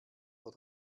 uhr